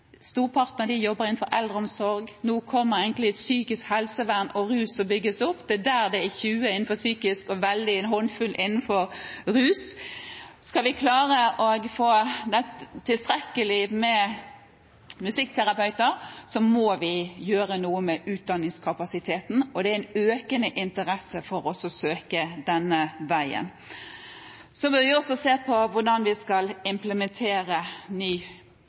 storparten av dem jobber innenfor eldreomsorg. Nå bygges psykisk helsevern og rusbehandling opp. Det er ca. 20 innenfor psykisk helsevern og en håndfull innenfor rusbehandling. Skal vi klare å få tilstrekkelig antall musikkterapeuter, må vi gjøre noe med utdanningskapasiteten. Og det er en økende interesse for å søke denne veien. Vi bør også se på hvordan vi skal få implementert en ny